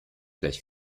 gleich